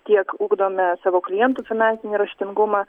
tiek ugdome savo klientų finansinį raštingumą